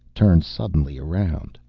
turns suddenly around.